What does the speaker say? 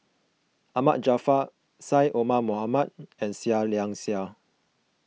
Ahmad Jaafar Syed Omar Mohamed and Seah Liang Seah